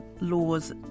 laws